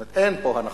כלומר, אין פה הנחות.